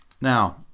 Now